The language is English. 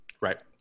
right